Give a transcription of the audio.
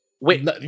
Wait